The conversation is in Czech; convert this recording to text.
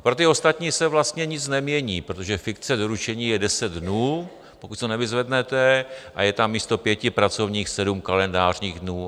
Pro ty ostatní se vlastně nic nemění, protože fikce doručení je 10 dnů, pokud si to nevyzvednete, a je tam místo 5 pracovních 7 kalendářních dnů.